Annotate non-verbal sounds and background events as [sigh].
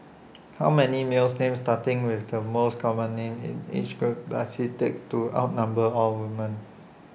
[noise] how many males names starting with the most common names in each group does IT take to outnumber all woman